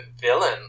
villain